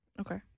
Okay